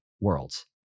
Worlds